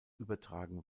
übertragen